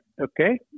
okay